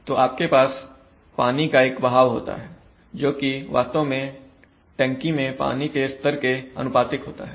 तो आपके पास पानी का एक बहाव होता है जोकि वास्तव में टंकी में पानी के स्तर के अनुपातिक होता है